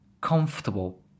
comfortable